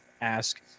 ask